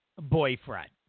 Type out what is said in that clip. boyfriend